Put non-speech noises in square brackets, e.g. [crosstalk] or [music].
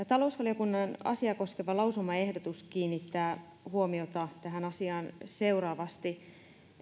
[unintelligible] talousvaliokunnan asiaa koskeva lausumaehdotus kiinnittää huomiota tähän asiaan seuraavasti